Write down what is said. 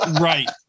right